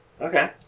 Okay